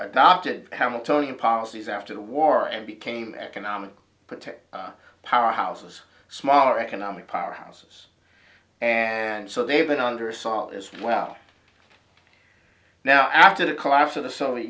opted hamiltonian policies after the war and became economic protect power houses smaller economic power houses and so they've been under assault as well now after the collapse of the soviet